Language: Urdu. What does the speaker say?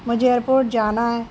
مجھے ائیر پورٹ جانا ہے